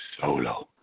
Solo